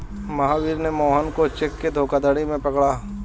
महावीर ने मोहन को चेक के धोखाधड़ी में पकड़ा